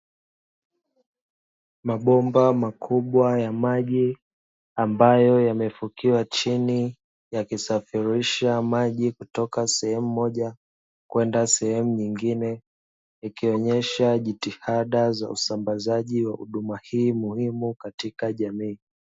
Mabomba makubwa ya maji ambayo yamefukiwa chini yakisafirisha maji toka sehemu moja kwenda sehemu nyingine, ikionyesha jitihada za usambazaji wa huduma hii muhimu katika jamii.